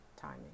timing